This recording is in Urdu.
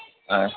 ہاں